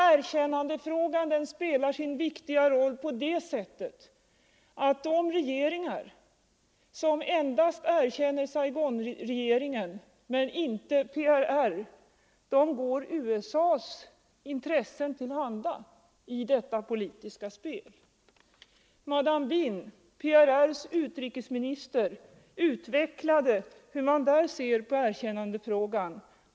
Erkännandefrågan spelar sin viktiga roll på det sättet att de regeringar som endast erkänner Saigonregeringen men inte PRR går USA:s intressen till handa i detta politiska spel. Mme Binh, PRR:s utrikesminister, utvecklade hur man där ser på erkännandefrågan.